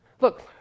Look